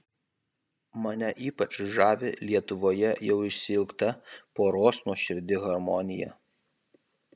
mane ypač žavi lietuvoje jau išsiilgta poros nuoširdi harmonija